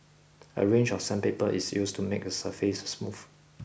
a range of sandpaper is used to make the surface smooth